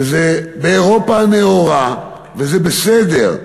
וזה באירופה הנאורה, וזה בסדר,